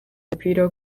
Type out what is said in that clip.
torpedo